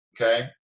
Okay